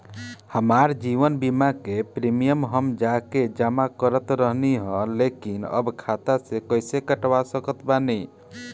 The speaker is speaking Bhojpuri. हमार जीवन बीमा के प्रीमीयम हम जा के जमा करत रहनी ह लेकिन अब खाता से कइसे कटवा सकत बानी?